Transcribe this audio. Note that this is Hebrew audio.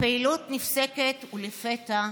הפעילות נפסקת ולפתע,